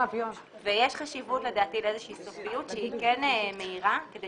ויש חשיבות לאיזושהי סופיות שהיא כן מהירה כדי